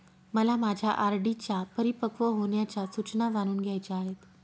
मला माझ्या आर.डी च्या परिपक्व होण्याच्या सूचना जाणून घ्यायच्या आहेत